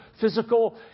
physical